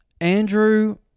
Andrew